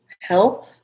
help